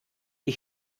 die